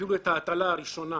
אפילו את הטלה הראשונה,